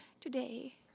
today